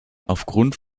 aufgrund